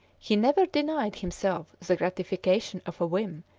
he never denied himself the gratification of a whim,